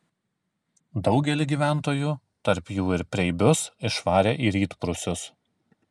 daugelį gyventojų tarp jų ir preibius išvarė į rytprūsius